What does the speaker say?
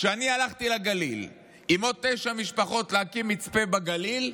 כשהלכתי לגליל עם עוד תשע משפחות להקים מצפה בגליל,